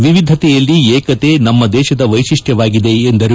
ವಿವಿಧತೆಯಲ್ಲಿ ಏಕತೆ ನಮ್ನ ದೇಶದ ವೈಶಿಷ್ಟವಾಗಿದೆ ಎಂದರು